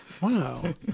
Wow